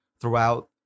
throughout